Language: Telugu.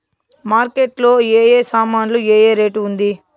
మార్కెట్ లో ఏ ఏ సామాన్లు ఏ ఏ రేటు ఉంది?